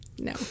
No